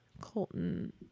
Colton